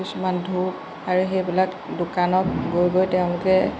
কিছুমান ধূপ আৰু সেইবিলাক দোকানত গৈ গৈ তেওঁলোকে